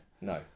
No